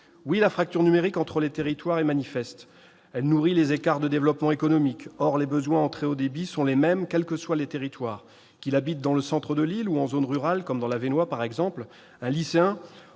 Oui, la fracture numérique entre les territoires est manifeste, elle nourrit les écarts de développement économique. Or les besoins en très haut débit sont les mêmes quels que soient les territoires : qu'il habite dans le centre de Lille ou en zone rurale, comme dans l'Avesnois, un lycéen